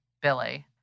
Billy